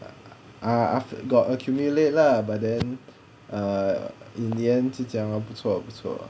ah got accumulate lah but then err in the end 就这样 lor 不错不错